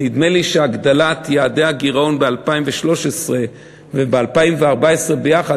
נדמה לי שהגדלת יעדי הגירעון ב-2013 וב-2014 יחד,